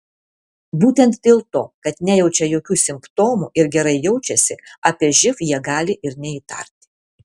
būtent dėl to kad nejaučia jokių simptomų ir gerai jaučiasi apie živ jie gali ir neįtarti